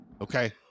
Okay